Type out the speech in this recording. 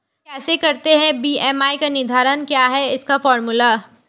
कैसे करते हैं बी.एम.आई का निर्धारण क्या है इसका फॉर्मूला?